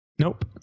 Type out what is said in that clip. Nope